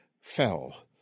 fell